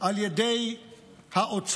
על ידי האוצר,